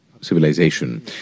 civilization